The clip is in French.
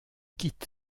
quitte